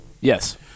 Yes